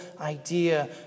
idea